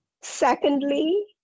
Secondly